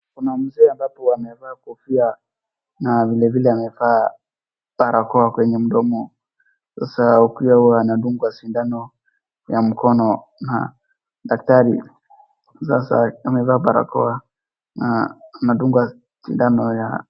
Kuna mzee ambapo amevaa kofia na vilevile amevaa barakoa kwenye mdomo , sasa akiwa anadungwa sindano ya mkono na daktari, sasa amevaa barakoa na anadungwa sindano .